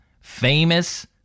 famous